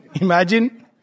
imagine